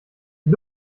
die